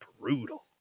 brutal